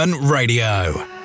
Radio